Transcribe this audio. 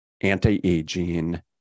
anti-aging